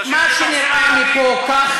מה שנראה מפה כך,